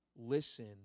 Listen